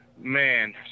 man